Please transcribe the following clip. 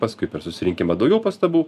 paskui per susirinkimą daugiau pastabų